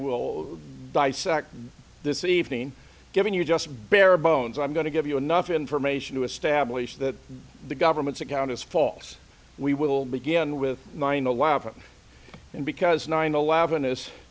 will dissect this evening given you just bare bones i'm going to give you enough information to establish that the government's account is false we will begin with nine eleven and because nine eleven is